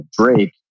Drake